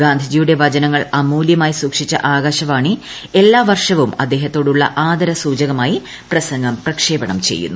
ഗാന്ധിജിയുടെ വചനങ്ങൾ അമൂല്യമായി സൂക്ഷിച്ച ആകാശവാണി എല്ലാ വർഷവും അദ്ദേഹത്തോടുള്ള ആദര സൂചകമായി പ്രസംഗം പ്രക്ഷേപണം ചെയ്യുന്നു